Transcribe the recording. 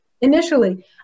Initially